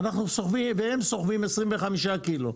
והם סוחבים 25 קילו,